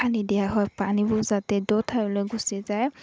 পানী দিয়া হয় পানীবোৰ যাতে দ' ঠাইলৈ গুচি যায়